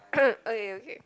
okay okay